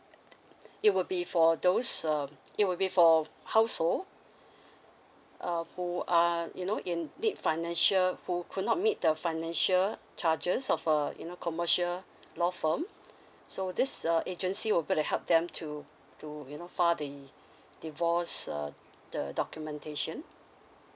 it will be for those um it will be for household uh who are you know in deep financial who could not meet the financial charges of a you know commercial law firm so this uh agency will put a help them to to you know file the divorce uh the documentation